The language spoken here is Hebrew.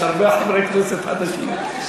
יש הרבה חברי כנסת חדשים.